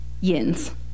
yins